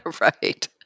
Right